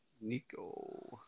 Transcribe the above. Nico